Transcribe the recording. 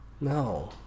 No